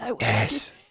yes